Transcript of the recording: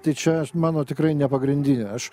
tai čia aš mano tikrai nepagrindinė aš